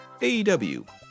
AEW